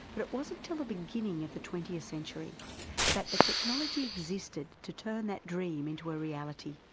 but it wasn't till the beginning of the twentieth century that the technology existed to turn that dream into a reality.